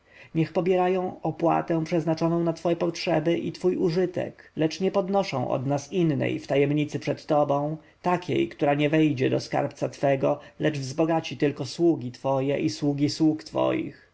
niech pobierają opłatę przeznaczoną na twe potrzeby i twój użytek lecz nie podnoszą od nas innej w tajemnicy przed tobą takiej która nie wejdzie do skarbca twego lecz wzbogaci tylko sługi twoje i sługi sług twoich